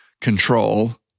control